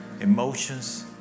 emotions